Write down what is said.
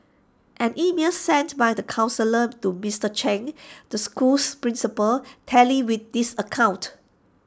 an email sent by the counsellor to Mister Chen the school's principal tallies with this account